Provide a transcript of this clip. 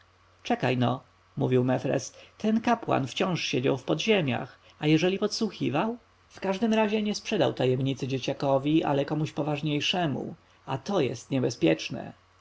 wrót czekaj-no mówił mefres ten kapłan wciąż siedział w podziemiach a jeżeli podsłuchiwał w każdym razie nie sprzedał tajemnicy dzieciakowi ale komuś poważniejszemu a to jest niebezpieczne